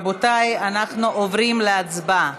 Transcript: רבותיי, אנחנו עוברים להצבעה.